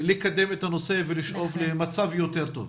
לקדם את הנושא ולשאוף למצב יותר טוב.